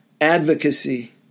advocacy